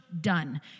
Done